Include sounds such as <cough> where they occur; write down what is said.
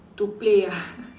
to play ah <laughs>